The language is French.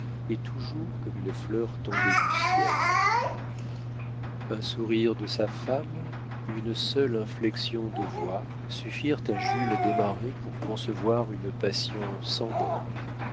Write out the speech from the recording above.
est toujours comme une fleur tombée du ciel un sourire de sa femme une seule inflexion de voix suffirent à jules desmarets pour concevoir une passion sans bornes